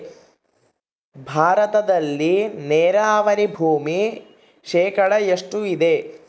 ಭಾರತದಲ್ಲಿ ನೇರಾವರಿ ಭೂಮಿ ಶೇಕಡ ಎಷ್ಟು ಇದೆ?